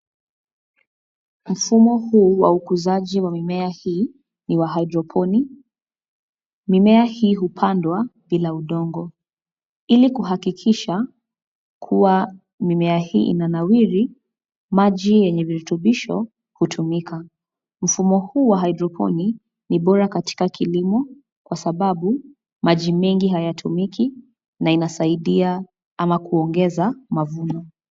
Mfumo huu wa ukuzaji wa mimea hii ni wa haidroponi. Mimea hii hupandwa bila udongo. Ili kuhakikisha kua mimea hii inanawili, maji yenye virutubisho hutumika. Mfumo huu wa haidroponi ni bora katika kilimo kwa sababu maji mengi hayatumiki na inasaidia ama kuongeza mavuno.